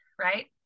right